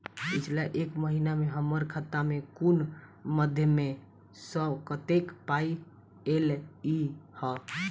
पिछला एक महीना मे हम्मर खाता मे कुन मध्यमे सऽ कत्तेक पाई ऐलई ह?